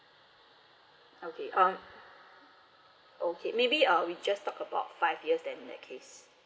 okay um okay maybe uh we just talk about five years then in that case